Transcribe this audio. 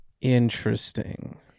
Interesting